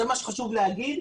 זה מה שחשוב להגיד,